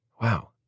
wow